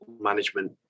management